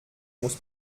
muss